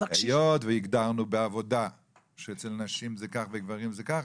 היות שהגדרנו בעבודה שאצל נשים זה כך וגברים זה כך,